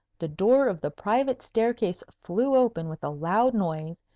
the door of the private staircase flew open with a loud noise,